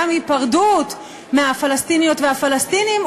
גם היפרדות מהפלסטיניות ומהפלסטינים,